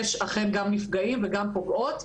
אכן יש גם נפגעים וגם פוגעות,